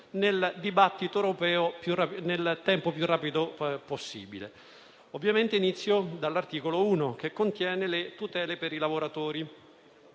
nel dibattito europeo nel tempo più rapido possibile. Inizio dall'articolo 1, che contiene le tutele per i lavoratori.